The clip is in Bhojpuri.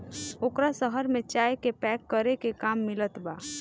ओकरा शहर में चाय के पैक करे के काम मिलत बा